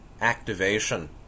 activation